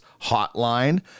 hotline